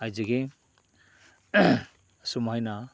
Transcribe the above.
ꯍꯥꯏꯖꯒꯦ ꯑꯁꯨꯝ ꯍꯥꯏꯅ